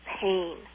pain